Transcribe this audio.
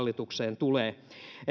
hallitukseen tulee